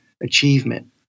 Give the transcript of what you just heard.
achievement